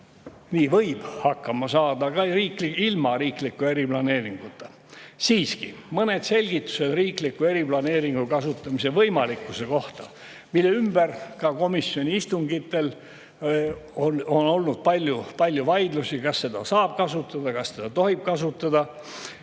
Nii võib hakkama saada ka ilma riikliku eriplaneeringuta. Siiski, mõned selgitused riikliku eriplaneeringu kasutamise võimalikkuse kohta, mille üle ka komisjoni istungitel on olnud palju vaidlusi, kas seda saab kasutada ja kas seda tohib kasutada.